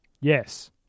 Yes